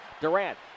Durant